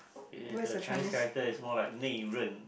if the Chinese character is more like